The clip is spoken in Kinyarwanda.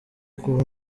kuba